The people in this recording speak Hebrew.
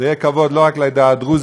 זה יהיה כבוד לא רק לעדה הדרוזית,